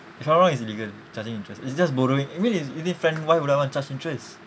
if I'm not wrong is illegal charging interest it's just borrowing I mean it's only friend why would I wanna charge interest